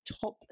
top